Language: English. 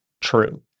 true